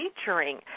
featuring